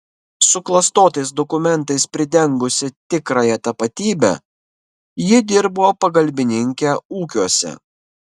suklastotais dokumentais pridengusi tikrąją tapatybę ji dirbo pagalbininke ūkiuose